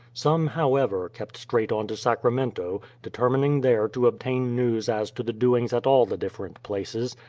some, however, kept straight on to sacramento, determining there to obtain news as to the doings at all the different places,